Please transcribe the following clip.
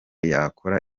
yakora